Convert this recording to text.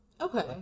Okay